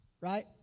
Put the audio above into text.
right